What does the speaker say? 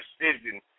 decision